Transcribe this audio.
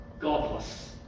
godless